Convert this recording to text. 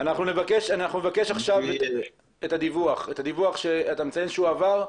אנחנו נבקש לקבל את הדיווח שאתה אומר שהוא עבר.